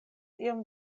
iom